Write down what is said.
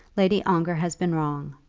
lady ongar has been wrong,